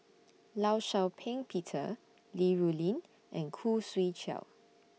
law Shau Ping Peter Li Rulin and Khoo Swee Chiow